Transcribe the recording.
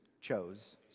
chose